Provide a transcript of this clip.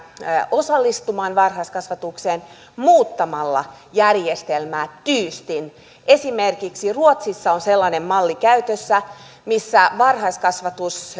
osallistumaan varhaiskasvatukseen muuttamalla järjestelmää tyystin esimerkiksi ruotsissa on käytössä sellainen malli missä varhaiskasvatus